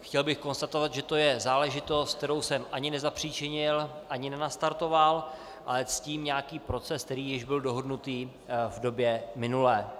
Chtěl bych konstatovat, že to je záležitost, kterou jsem ani nezapříčinil, ani nenastartoval, ale ctím nějaký proces, který již byl dohodnutý v době minulé.